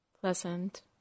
pleasant